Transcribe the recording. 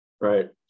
right